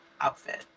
outfit